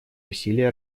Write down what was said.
усилий